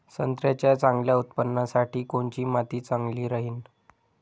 संत्र्याच्या चांगल्या उत्पन्नासाठी कोनची माती चांगली राहिनं?